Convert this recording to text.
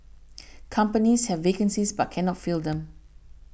companies have vacancies but cannot fill them